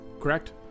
correct